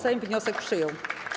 Sejm wniosek przyjął.